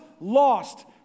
lost